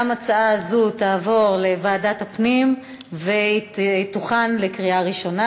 גם הצעה זו תעבור לוועדת הפנים ותוכן לקריאה ראשונה.